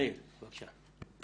מאיר, בבקשה.